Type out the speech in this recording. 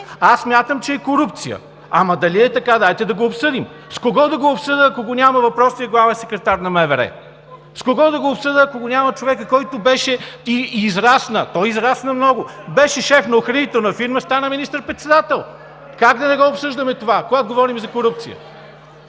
Аз смятам, че е корупция. Ама дали е така, дайте да го обсъдим. С кого да го обсъдя, ако го няма въпросния главен секретар на МВР? С кого да го обсъдя, ако го няма човека, който беше и израсна, той израсна много! Беше шеф на охранителна фирма, стана министър-председател. Как да не го обсъждаме това, когато говорим за корупция?!